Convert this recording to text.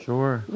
Sure